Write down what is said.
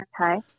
Okay